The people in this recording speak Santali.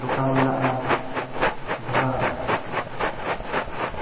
ᱫᱚᱠᱟᱱ ᱢᱮᱱᱟᱜᱼᱟ ᱡᱟᱦᱟᱸ